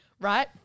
right